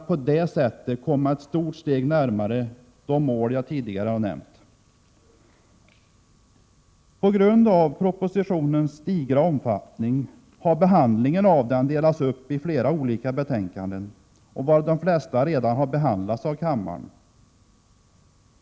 På grund av propositionens digra omfattning har behandlingen av den delats upp i flera olika betänkanden, varav de flesta redan behandlats av kammaren.